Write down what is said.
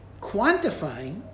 quantifying